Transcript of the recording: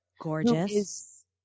Gorgeous